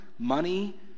money